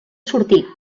sortir